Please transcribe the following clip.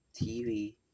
TV